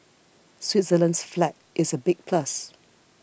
Switzerland's flag is a big plus